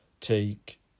take